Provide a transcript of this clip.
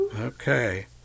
Okay